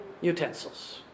utensils